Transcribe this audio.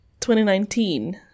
2019